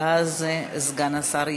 ואז סגן השר ישיב.